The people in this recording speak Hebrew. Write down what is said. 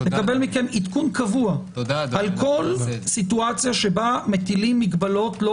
נקבל מכם עדכון קבוע על כל סיטואציה שבה מטילים מגבלות לא